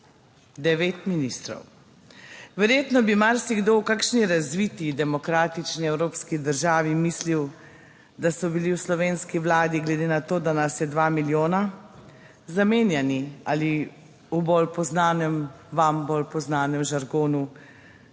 devet ministrov. Verjetno bi marsikdo v kakšni razviti demokratični evropski državi mislil, da so bili v slovenski vladi, glede na to, da nas je 2 milijona, zamenjani ali v bolj poznanem, vam bolj poznanem žargonu,